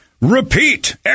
repeat